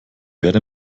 werde